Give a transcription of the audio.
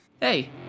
Hey